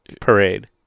Parade